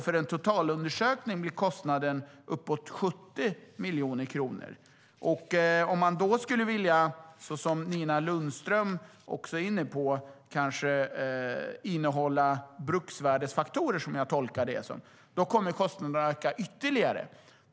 För en totalundersökning blir kostnaden uppemot 70 miljoner kronor. Om man då också vill, som jag uppfattar att Nina Lundström är inne på, ta med bruksvärdesfaktorer kommer kostnaderna att öka ytterligare.